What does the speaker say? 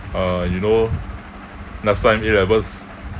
uh you know last time A levels